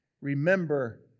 remember